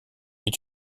est